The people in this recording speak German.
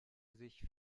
sich